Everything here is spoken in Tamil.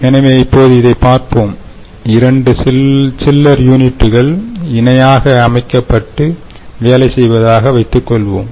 எனவே இப்போது இதைப் பார்ப்போம் 2 சில்லர் யூனிட்டுகள் இணையாக அமைக்கப்பட்டு வேலை செய்வதாகக் வைத்துக் கொள்வோம்